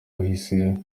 wahise